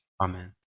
Amen